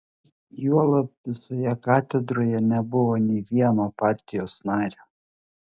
juolab visoje katedroje nebuvo nė vieno partijos nario